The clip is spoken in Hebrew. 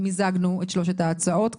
מיזגנו את שלוש ההצעות כאמור.